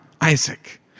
Isaac